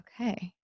Okay